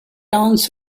ons